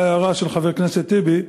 את ההערה של חבר הכנסת טיבי,